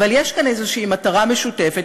אבל יש כאן איזושהי מטרה משותפת.